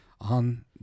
on